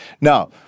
Now